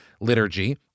liturgy